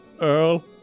Earl